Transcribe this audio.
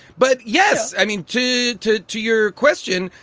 but, yes, i mean, to to to your question,